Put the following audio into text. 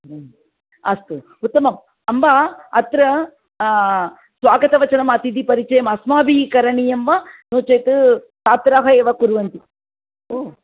अस्तु उत्तमम् अम्ब अत्र स्वागतवचनम् अतिथिपरिचयम् अस्माभिः करणीयं वा नो चेत् छात्राः एव कुर्वन्ति ओ